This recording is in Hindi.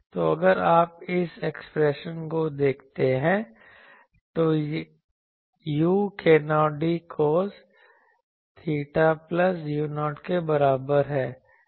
तो अगर आप इस एक्सप्रेशन को देखते हैं तो u k0d cos theta plus u0 के बराबर है